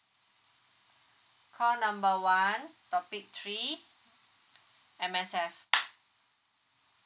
call number one topic three M_S_F